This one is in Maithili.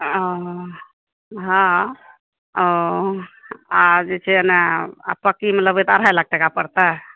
ओ हँ ओ आब जे छै ने आ पक्कीमे लेबै तऽ अढ़ाइ लाख टका पड़तै